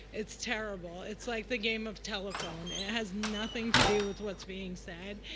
it's terrible. it's like the game of telephone. it has nothing to do with what's being said.